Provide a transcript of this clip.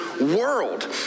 world